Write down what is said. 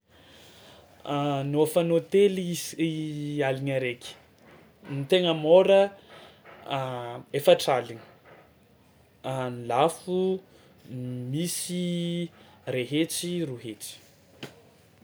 Ny hôfan'ny hôtely is- aligna araiky, ny tegna môra efatra aligny, ny lafo misy ray hetsy roa hetsy.